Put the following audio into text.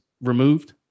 removed